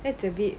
it's a bit